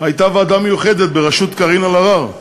הייתה ועדה מיוחדת בראשות קארין אלהרר,